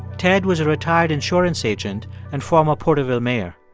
ted was a retired insurance agent and former porterville mayor.